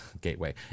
gateway